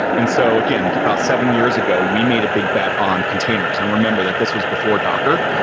and so, again, about seven years ago, we made a big bet on containers. and remember, that this was before docker.